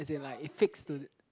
as in like it fix to